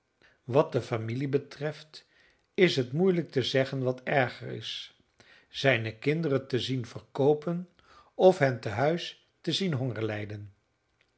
wat de familie betreft is het moeielijk te zeggen wat erger is zijne kinderen te zien verkoopen of hen tehuis te zien